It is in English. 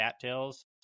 cattails